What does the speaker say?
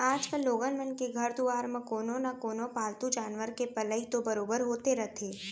आजकाल लोगन मन के घर दुवार म कोनो न कोनो पालतू जानवर के पलई तो बरोबर होते रथे